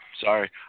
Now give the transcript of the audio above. Sorry